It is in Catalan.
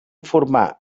formar